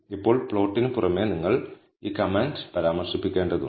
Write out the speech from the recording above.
ഇപ്പോൾ പ്ലോട്ടിന് പുറമേ നിങ്ങൾ ഈ കമാൻഡ് പരാമർശിക്കേണ്ടതുണ്ട്